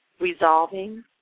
Resolving